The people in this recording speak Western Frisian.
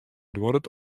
duorret